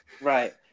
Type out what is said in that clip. Right